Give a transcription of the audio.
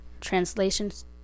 Translations